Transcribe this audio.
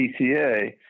PCA